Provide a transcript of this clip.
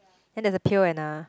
and then there's a pail and a